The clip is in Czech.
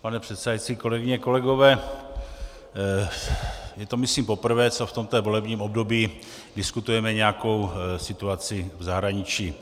Pane předsedající, kolegyně, kolegové, je to myslím poprvé, co v tomto volebním období diskutujeme nějakou situaci v zahraničí.